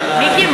מיקי,